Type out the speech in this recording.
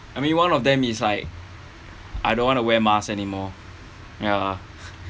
I mean one of them is like I don't want to wear mask anymore ya lah